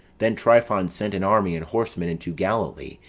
then tryphon sent an army and horsemen into galilee,